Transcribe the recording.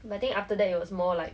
but think after that it was more like